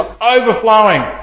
overflowing